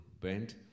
bent